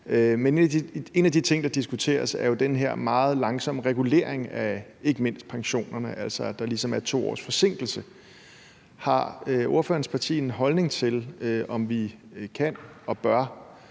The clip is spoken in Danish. men en af de ting, der diskuteres, er jo den her meget langsomme regulering af ikke mindst pensionerne, altså at der ligesom er 2 års forsinkelse. Har ordførerens parti en holdning til, om vi kan og bør